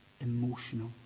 emotional